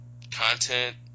content